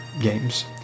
games